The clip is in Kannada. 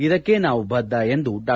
ಇದಕ್ಕೆ ನಾವು ಬದ್ದ ಎಂದು ಡಾ